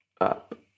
Up